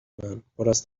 من، پراز